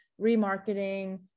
remarketing